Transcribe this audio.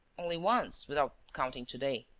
only once. without counting to-day.